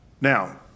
Now